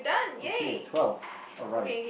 okay twelve alright